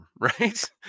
right